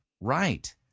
right